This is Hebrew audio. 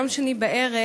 ביום שני בערב,